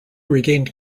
regained